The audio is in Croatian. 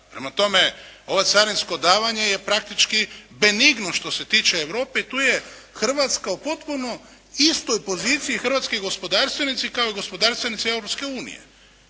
Prema tome, ovo carinsko davanje je praktički benigno što se tiče Europe i tu je Hrvatska potpuno u istoj poziciji, hrvatski gospodarstvenici kao i gospodarstvenici